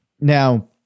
Now